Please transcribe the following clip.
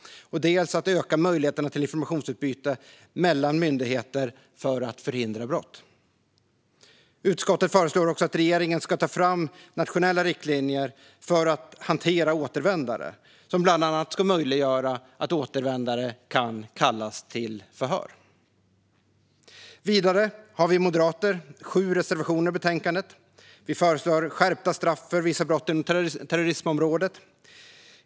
Det handlar också om öka möjligheterna till informationsutbyte mellan myndigheter för att förhindra brott. Utskottet föreslår också att regeringen ska ta fram nationella riktlinjer för att hantera återvändare, som bland annat ska möjliggöra att återvändare kallas till förhör. Vidare har vi moderater sju reservationer i betänkandet. Vi föreslår skärpta straff för vissa brott inom terrorismområdet.